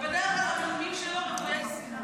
בדרך כלל הנאומים שלו רוויי שנאה.